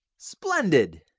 splendid!